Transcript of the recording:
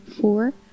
Four